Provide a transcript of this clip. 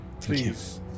please